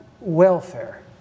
welfare